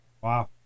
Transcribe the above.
Wow